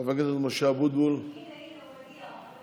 חבר הכנסת משה אבוטבול, הינה, הוא הגיע.